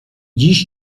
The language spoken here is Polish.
dziś